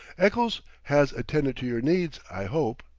eccles has attended to your needs, i hope?